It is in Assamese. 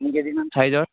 তিনি কে জিমান চাইজৰ